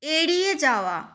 এড়িয়ে যাওয়া